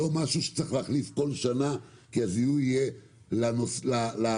לא משהו שצריך להכניס כל שנה כי הזיהוי יהיה לרוכב,